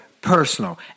personal